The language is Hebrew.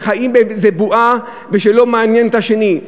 שהם חיים באיזה בועה, ושלא מעניין אותם השני.